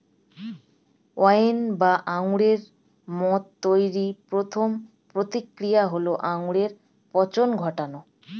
wine বা আঙুরের মদ তৈরির প্রথম প্রক্রিয়া হল আঙুরে পচন ঘটানো